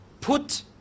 put